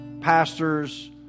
pastors